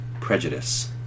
prejudice